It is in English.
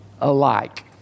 alike